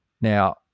Now